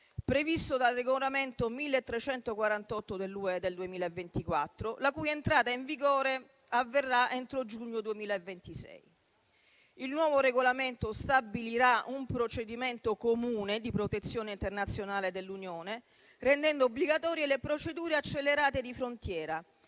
previsto dal regolamento UE n. 1348 del 2024, la cui entrata in vigore avverrà entro giugno 2026. Il nuovo regolamento stabilirà un procedimento comune di protezione internazionale dell'Unione, rendendo obbligatorie le procedure accelerate di frontiera,